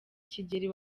kigeli